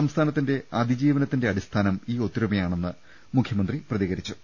സംസ്ഥാനത്തിന്റെ അതിജീവനത്തിന്റെ അടിസ്ഥാനം ഈ ഒത്തൊരുമയാണെന്ന് മുഖ്യമന്ത്രി പ്രതികരിച്ചു